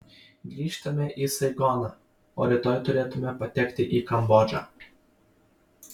grįžtame į saigoną o rytoj turėtume patekti į kambodžą